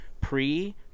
pre